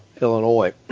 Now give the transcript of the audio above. Illinois